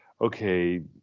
okay